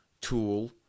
tool